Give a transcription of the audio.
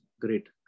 great